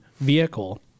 vehicle